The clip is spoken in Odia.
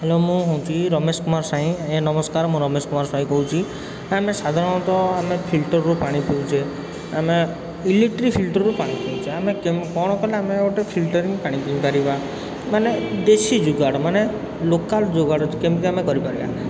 ହ୍ୟାଲୋ ମୁଁ ହେଉଛି ରମେଶ କୁମାର ସ୍ୱାଇଁ ଆଜ୍ଞା ନମସ୍କାର ମୁଁ ରମେଶ କୁମାର ସ୍ୱାଇଁ କହୁଛି ଆମେ ସାଧାରଣତଃ ଫିଲ୍ଟରରୁ ପାଣି ପିଉଛେ ଆମେ ଇଲେକ୍ଟ୍ରିକ୍ ଫିଲ୍ଟରରୁ ପାଣି ପିଉଛେ ଆମେ କ'ଣ କଲେ ଆମେ ଆଉ ଗୋଟେ ଫିଲ୍ଟରରୁ ପାଣି ପିଇପାରିବା ମାନେ ଦେଶୀ ଯୁଗାଡ଼ ମାନେ ଲୋକାଲ୍ ଯୋଗାଡ଼ କେମିତି ଆମେ କରିପାରିବା